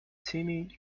timmy